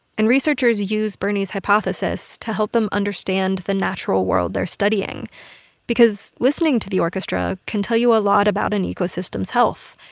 and researchers use bernie's hypothesis to help them understand the natural world they're studying because listening to the orchestra can tell you a lot about an ecosystem's health.